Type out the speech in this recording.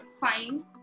fine